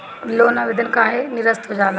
Loan आवेदन काहे नीरस्त हो जाला?